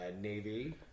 Navy